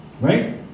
Right